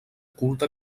culte